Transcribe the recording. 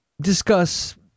discuss